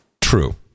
True